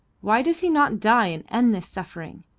why does he not die and end this suffering?